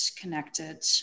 connected